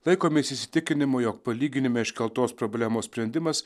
laikomės įsitikinimo jog palyginime iškeltos problemos sprendimas